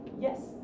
Yes